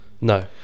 no